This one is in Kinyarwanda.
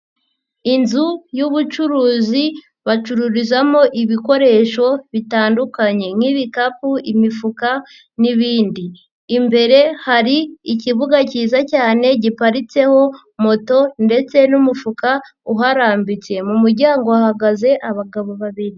Inzu y'ubucuruzi bacururizamo ibikoresho bitandukanye nk'ibikapu, imifuka n'ibindi, imbere hari ikibuga kiza cyane giparitseho moto ndetse n'umufuka uharambitse, mu muryango hahagaze abagabo babiri.